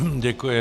Děkuji.